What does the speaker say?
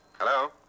Hello